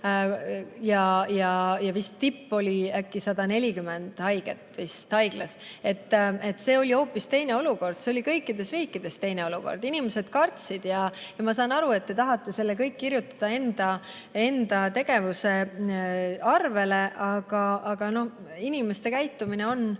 ja tipp oli vist 140 haiget haiglas. See oli hoopis teine olukord. See oli kõikides riikides teine olukord, inimesed kartsid. Ma saan aru, et te tahate selle kõik kirjutada enda tegevuse arvele, aga inimeste käitumine on